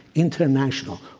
international,